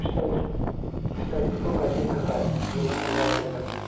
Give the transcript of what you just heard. फिथायफोरखौ गायनो थाखाय गोबां गुवार जायगायाव